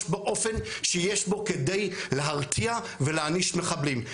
באופן שיש בו כדי להרתיע ולהעניש מחבלים.